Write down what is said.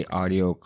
audio